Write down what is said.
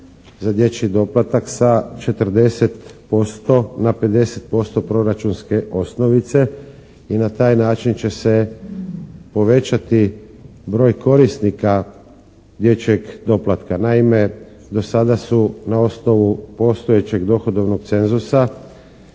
za dječji doplatak sa 40% na 50% proračunske osnovice i na taj način će se povećati broj korisnika dječjeg doplatka. Naime, do sada su na osnovu postojećeg dohodovnog cenzusa